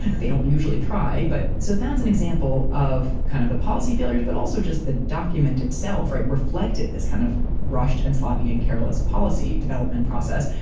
they don't usually try but. so that's an example of kind of the policy failures but also just the document itself reflected this kind of rushed and sloppy and careless policy development process.